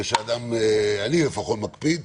אני לפחות מקפיד,